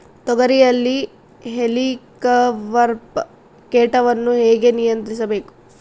ತೋಗರಿಯಲ್ಲಿ ಹೇಲಿಕವರ್ಪ ಕೇಟವನ್ನು ಹೇಗೆ ನಿಯಂತ್ರಿಸಬೇಕು?